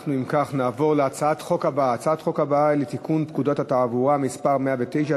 אנחנו נעבור להצעת החוק הבאה: הצעת חוק לתיקון פקודת התעבורה (מס' 109),